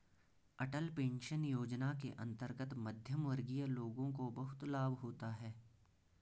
अटल pension Yojana के अंतर्गत मध्यमवर्गीय लोगों को बहुत लाभ होता है